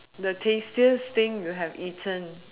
the tastiest thing you have eaten